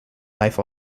life